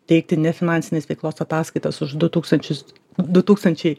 teikti nefinansinės veiklos ataskaitas už du tūkstančius du tūkstančiai